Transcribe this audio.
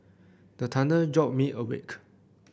the thunder jolt me awake